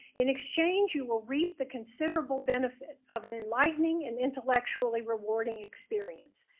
in exchange you will reap the considerable benefit of an enlightening and intellectually rewarding experience.